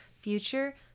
future